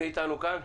מי איתנו כאן?